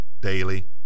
daily